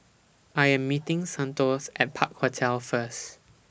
I Am meeting Santos At Park Hotel First